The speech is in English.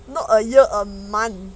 not a year a month